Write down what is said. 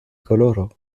koloro